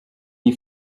iyi